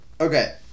Okay